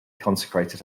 consecrated